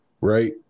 right